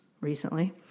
recently